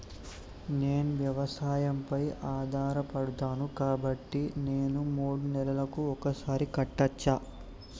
నేను వ్యవసాయం పై ఆధారపడతాను కాబట్టి నేను మూడు నెలలకు ఒక్కసారి కట్టచ్చా?